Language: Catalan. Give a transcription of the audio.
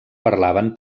parlaven